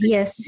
Yes